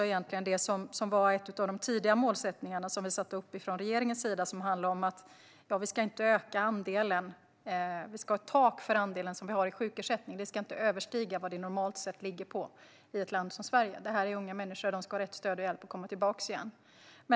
En av de tidiga målsättningar som vi satte upp från regeringens sida handlar om att vi ska ha ett tak för andelen som vi har i sjukersättningen. Den ska inte överstiga vad det normalt sett ligger på i ett land som Sverige. Det här är unga människor, och de ska ha rätt stöd och hjälp att komma tillbaka igen.